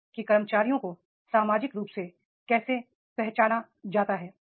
यह कि कर्मचारियों को सामाजिक रूप से कैसे पहचाना जाता है